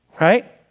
Right